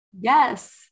Yes